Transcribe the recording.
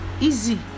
easy